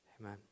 Amen